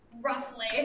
roughly